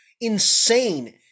insane